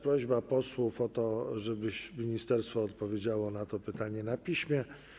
Prośba posłów o to, żeby ministerstwo odpowiedziało na to pytanie na piśmie.